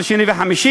כל שני וחמישי,